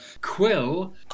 Quill